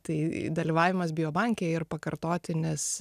tai dalyvavimas biobanke ir pakartotinis